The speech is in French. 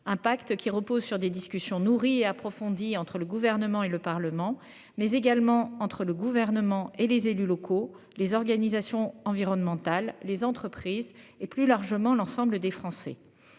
Un pacte qui repose sur des discussions nourries et approfondies entre le gouvernement et le Parlement mais également entre le gouvernement et les élus locaux. Les organisations environnementales, les entreprises et plus largement l'ensemble des Français.